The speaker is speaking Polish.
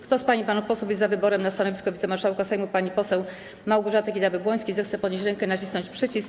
Kto z pań i panów posłów jest za wyborem na stanowisko wicemarszałka Sejmu pani poseł Małgorzaty Kidawa-Błońskiej, zechce podnieść rękę i nacisnąć przycisk.